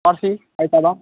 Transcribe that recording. पर्सि आइतबार